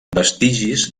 vestigis